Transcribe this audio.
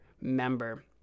member